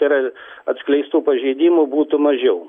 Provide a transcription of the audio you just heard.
ir atskleistų pažeidimų būtų mažiau